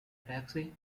taxi